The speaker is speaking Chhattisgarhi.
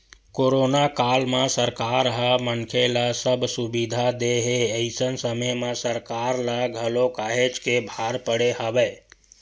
कोरोना काल म सरकार ह मनखे ल सब सुबिधा देय हे अइसन समे म सरकार ल घलो काहेच के भार पड़े हवय